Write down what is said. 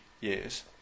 years